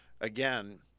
again